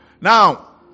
Now